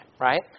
Right